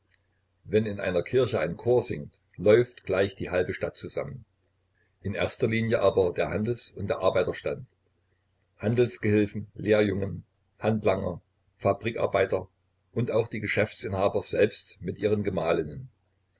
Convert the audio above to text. wenn in einer kirche ein chor singt läuft gleich die halbe stadt zusammen in erster linie aber der handels und der arbeiterstand handelsgehilfen lehrjungen handlanger fabrikarbeiter und auch die geschäftsinhaber selbst mit ihren gemahlinnen